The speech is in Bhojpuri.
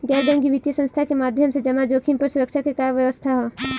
गैर बैंकिंग वित्तीय संस्था के माध्यम से जमा जोखिम पर सुरक्षा के का व्यवस्था ह?